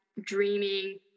dreaming